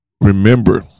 remember